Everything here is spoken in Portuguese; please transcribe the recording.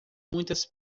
muitas